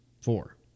Four